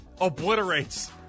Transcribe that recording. obliterates